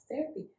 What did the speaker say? therapy